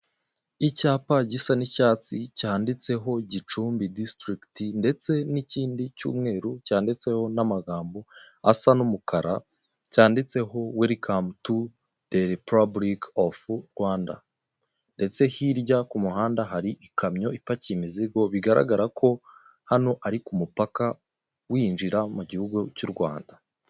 Icyapa hisa n'icyatsi cyanditseho Gicumbi disitirikiti, ndetse n'ikindi cy'umweru cyanditseho cyanditseho n'amagambo asa n'umukara cyanditseho welikame tu de repubulika ofu Rwanda ndetse hirya ku muhanda hari ikamyo ipakiye imizigo bigaragara ko hano ari ku mupakawinjira mu gihugu cy' u Rwanda.